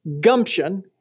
gumption